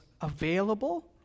available